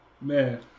Man